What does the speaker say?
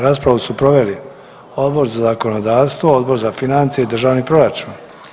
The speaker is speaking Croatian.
Raspravu su proveli Odbor za zakonodavstvo, Odbor za financije i državni proračun.